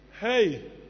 Hey